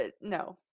no